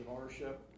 ownership